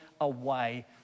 away